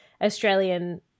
Australian